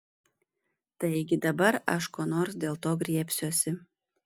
taigi dabar aš ko nors dėl to griebsiuosi